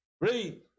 Read